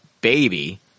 baby